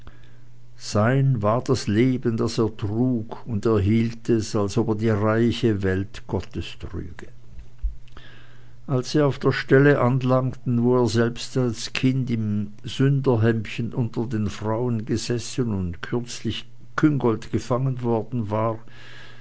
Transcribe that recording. sein war das leben das er trug und er hielt es als ob er die reiche welt gottes trüge als sie auf der stelle anlangten wo er selbst als kind im sünderhemdchen unter den frauen gesessen und kürzlich küngolt gefangen worden war